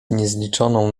niezliczoną